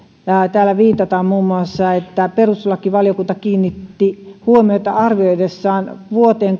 täällä viitataan muun muassa siihen että perustuslakivaliokunta kiinnitti näihin huomiota arvioidessaan vuoteen